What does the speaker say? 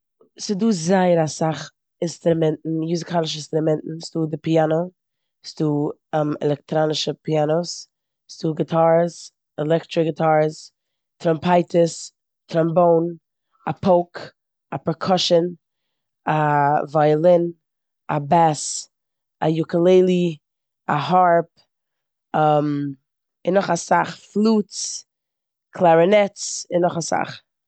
ס'דא זייער אסאך אינסטראמענטן, מוזיקאלישע אינסטראמענטן. ס'דא די פיאנא, ס'דא עלעקטראנישע פיאנאס, ס'דא גיטארס, עלעקטראנישע גיטארס, טרומפייטערס, טראמבאן, א פויק, א פערקאשין, א וויאלין, א בעס, א יוקעלעלי, א הארפ, און נאך אסאך פלוטס, קלארינעטס און נאך אסאך.